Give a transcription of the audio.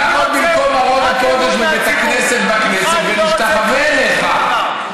תעמוד במקום ארון הקודש בבית הכנסת בכנסת ונשתחווה אליך.